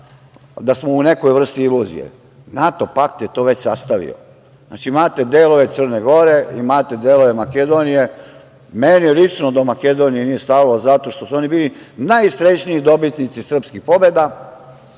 da smo u nekoj vrsti iluzije. NATO pakt je to već sastavio. Znači, imate delove Crne Gore, imate delove Makedonije. Meni lično do Makedonije nije stalo, zato što su oni bili najsrećniji dobitnici srpskih pobeda.